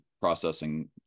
processing